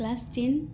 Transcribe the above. class ten